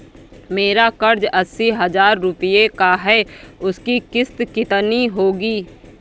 मेरा कर्ज अस्सी हज़ार रुपये का है उसकी किश्त कितनी होगी?